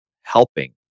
helping